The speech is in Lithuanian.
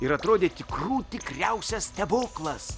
ir atrodė tikrų tikriausias stebuklas